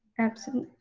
absent.